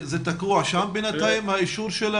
זה תקוע שם בינתיים, האישור?